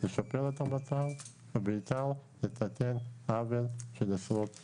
לשפר את המצב ובעיקר לתקן עוול של עשרות שנים.